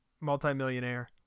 multi-millionaire